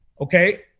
Okay